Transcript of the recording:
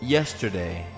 Yesterday